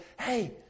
Hey